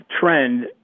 trend